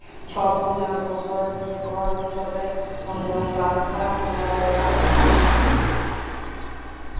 ছব গুলা বসর যে কল উৎসবের সময় ব্যাংকার্সরা বলাস পায়